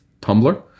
Tumblr